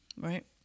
right